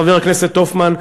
חבר הכנסת הופמן,